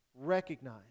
recognize